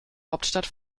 hauptstadt